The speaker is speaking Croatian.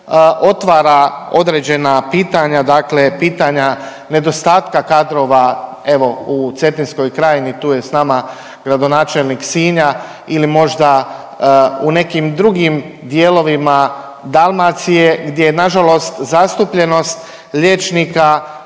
otvara određena pitanja, dakle pitanja nedostatka kadrova evo u Cetinskoj krajini tu je s nama gradonačelnik Sinja ili možda u nekim drugim dijelovima Dalmacije gdje je nažalost zastupljenost liječnika